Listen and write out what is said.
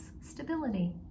stability